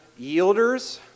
yielders